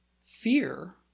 fear